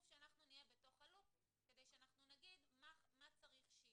שהם יהיו בתוך הלופ כדי שהם יגידו מה צריך שיהיה.